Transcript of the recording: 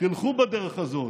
תלכו בדרך הזאת,